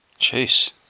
Jeez